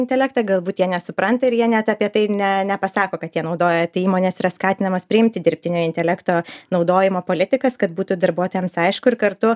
intelektą galbūt jie nesupranta ir jie net apie tai ne nepasako kad jie naudoja tai įmonės yra skatinamos priimti dirbtinio intelekto naudojimo politikas kad būtų darbuotojams aišku ir kartu